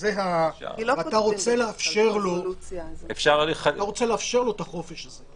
אתה רוצה לאפשר לו את החופש הזה.